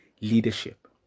leadership